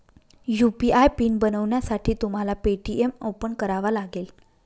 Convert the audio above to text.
UPI PIN बनवण्यासाठी तुम्हाला Paytm open करावा लागेल